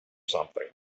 something